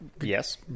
yes